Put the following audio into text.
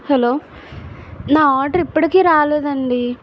hello నా order ఇప్పటికి రాలేదండి